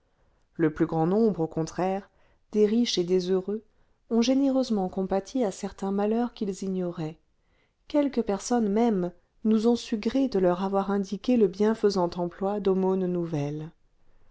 le plus grand nombre au contraire des riches et des heureux ont généreusement compati à certains malheurs qu'ils ignoraient quelques personnes même nous ont su gré de leur avoir indiqué le bienfaisant emploi d'aumônes nouvelles